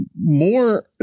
more